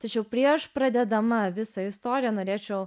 tačiau prieš pradėdama visą istoriją norėčiau